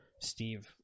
Steve